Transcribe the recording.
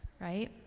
right